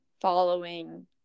following